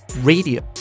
radio